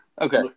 Okay